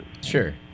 Sure